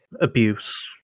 Abuse